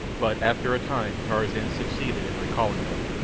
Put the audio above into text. but after a time tarzan succeeded in recalling them.